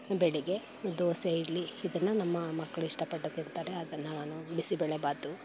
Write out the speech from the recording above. ಬೆಳಗ್ಗೆ ದೋಸೆ ಇಡ್ಲಿ ಇದನ್ನು ನಮ್ಮ ಮಕ್ಕಳು ಇಷ್ಟಪಟ್ಟು ತಿಂತಾರೆ ಅದನ್ನು ನಾನು ಬಿಸಿಬೇಳೆಬಾತು